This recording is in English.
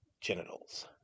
genitals